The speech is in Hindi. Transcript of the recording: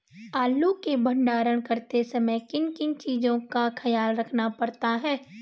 आलू के भंडारण करते समय किन किन चीज़ों का ख्याल रखना पड़ता है?